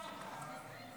התשפ"ד 2024,